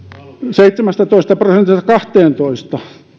kahteentoista